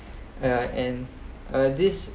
yeah and uh this